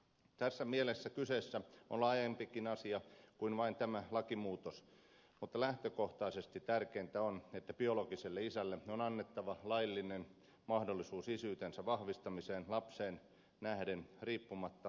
tässä mielessä kyseessä on laajempikin asia kuin vain tämä lakimuutos mutta lähtökohtaisesti tärkeintä on että biologiselle isälle on annettava laillinen mahdollisuus isyytensä vahvistamiseen lapseen nähden riippumatta äidin mielipiteestä